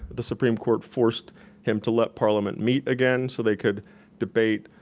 the supreme court forced him to let parliament meet again so they could debate,